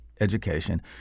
education